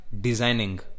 designing